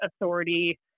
authority